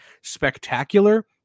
spectacular